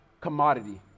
commodity